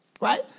right